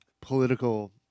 political